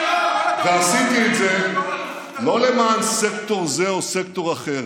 עשיתי את זה לא למען סקטור זה או סקטור אחר.